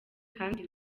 kandi